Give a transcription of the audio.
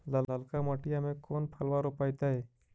ललका मटीया मे कोन फलबा रोपयतय?